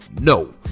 No